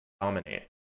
dominate